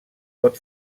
pot